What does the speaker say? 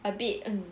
a bit